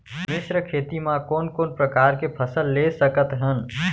मिश्र खेती मा कोन कोन प्रकार के फसल ले सकत हन?